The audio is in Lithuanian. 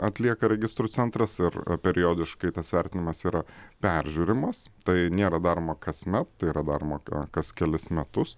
atlieka registrų centras ir periodiškai tas vertinimas yra peržiūrimas tai nėra daroma kasmet yra daroma kas kelis metus